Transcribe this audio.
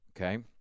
okay